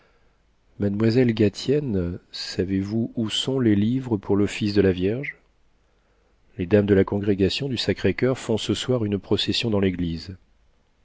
mademoiselle gatienne savez-vous où sont les livres pour l'office de la vierge les dames de la congrégation du sacré-coeur font ce soir une procession dans l'église